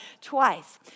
twice